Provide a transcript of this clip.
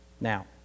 Now